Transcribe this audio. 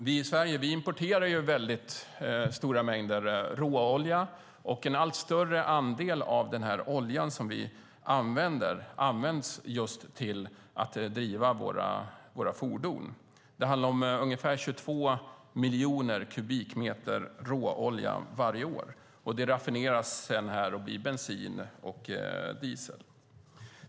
Vi i Sverige importerar stora mängder råolja. En allt större andel av den olja som vi använder används just till att driva våra fordon. Det handlar om ungefär 22 miljoner kubikmeter råolja varje år som sedan raffineras här och blir bensin och diesel.